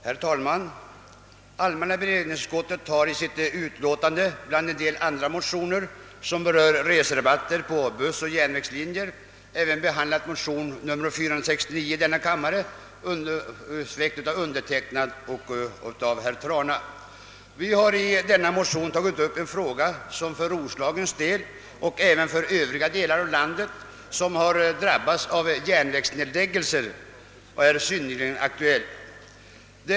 Herr talman! Allmänna beredningsutskottet har i sitt utlåtande bland en del andra motioner, som berör reserabatter på bussoch järnvägslinjer, även behandlat motion II: 469, undertecknad av mig själv och herr Trana. Vi har i denna motion tagit upp en fråga, som för Roslagens del och även för övriga delar av landet, som drabbats av järnvägsnedläggelser, är synnerligen aktuell.